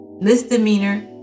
misdemeanor